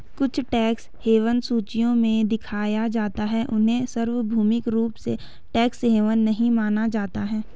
कुछ tax haven सूचियों में दिखाया जा सकता है, उन्हें सार्वभौमिक रूप से टैक्स हेवन नहीं माना जाता है